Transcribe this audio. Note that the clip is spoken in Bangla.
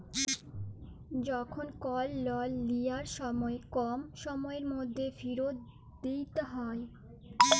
যখল কল লল লিয়ার সময় কম সময়ের ম্যধে ফিরত দিইতে হ্যয়